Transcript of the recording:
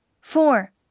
Four